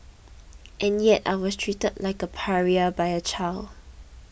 and yet I was treated like a pariah by a child